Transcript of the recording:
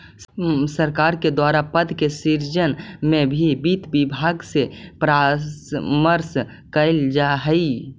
सरकार के द्वारा पद के सृजन में भी वित्त विभाग से परामर्श कैल जा हइ